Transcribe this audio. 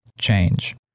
change